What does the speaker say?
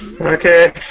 Okay